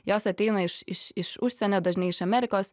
jos ateina iš iš iš užsienio dažnai iš amerikos